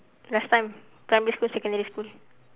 last time primary school secondary school